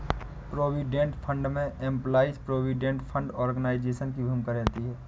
provident fund में employees provident fund organisation की भूमिका रहती है